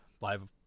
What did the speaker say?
live